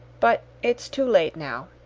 but it's too late now.